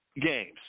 games